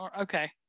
okay